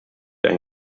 ein